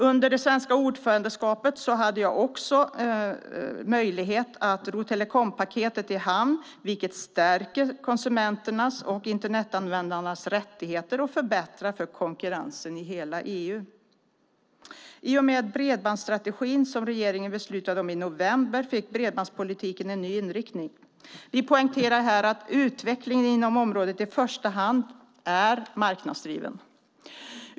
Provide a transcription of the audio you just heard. Under det svenska ordförandeskapet hade jag också möjlighet att ro telekompaketet i land, vilket stärker konsumenternas och Internetanvändarnas rättigheter och förbättrar för konkurrensen i hela EU. I och med bredbandsstrategin, som regeringen beslutade om i november, fick bredbandspolitiken en ny inriktning. Vi poängterade här att utvecklingen inom området i första hand är marknadsdriven.